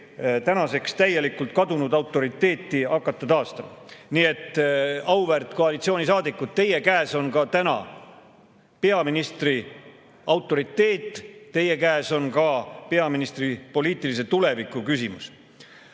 tänaseks täielikult kadunud autoriteeti. Nii et, auväärt koalitsioonisaadikud, teie käes on täna ka peaministri autoriteet, teie käes on peaministri poliitilise tuleviku küsimus.